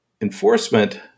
enforcement